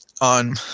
on